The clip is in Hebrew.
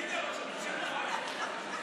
לרשותך עוד שתי דקות.